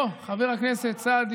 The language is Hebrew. אוה, חבר הכנסת סעדי,